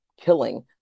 killing